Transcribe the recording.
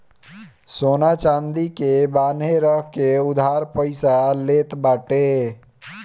सोना चांदी के बान्हे रख के उधार पईसा लेत बाटे